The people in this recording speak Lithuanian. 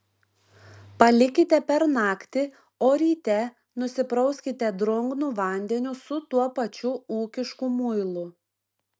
palikite per naktį o ryte nusiprauskite drungnu vandeniu su tuo pačiu ūkišku muilu